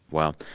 well,